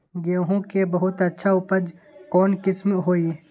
गेंहू के बहुत अच्छा उपज कौन किस्म होई?